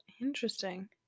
Interesting